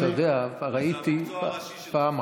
אבל אתה יודע, ראיתי פעם אחת,